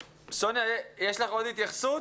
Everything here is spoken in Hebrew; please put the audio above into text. סוניה, יש לך עוד התייחסות